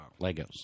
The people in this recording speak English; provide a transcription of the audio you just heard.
Legos